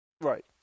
Right